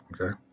Okay